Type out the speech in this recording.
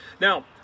Now